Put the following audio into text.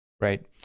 right